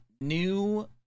new